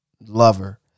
lover